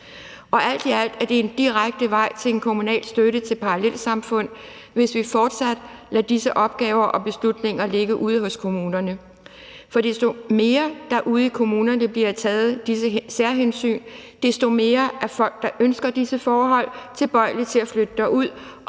Alt i alt er det en direkte vej til en kommunal støtte til parallelsamfund, hvis vi fortsat lader disse opgaver og beslutninger ligge ude hos kommunerne. For desto mere der ude i kommunerne bliver taget disse særhensyn, desto mere er folk, der ønsker disse forhold, tilbøjelige til at flytte derud,